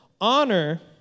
honor